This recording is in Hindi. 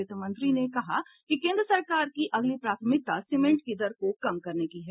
वित्त मंत्री ने कहा कि केन्द्र सरकार की अगली प्राथमिकता सीमेंट की दर को कम करने की है